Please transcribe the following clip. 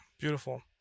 beautiful